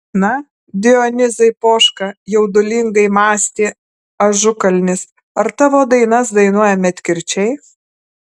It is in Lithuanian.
na dionizai poška jaudulingai mąstė ažukalnis ar tavo dainas dainuoja medkirčiai